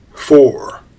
four